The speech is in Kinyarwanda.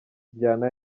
injyana